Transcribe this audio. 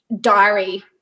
diary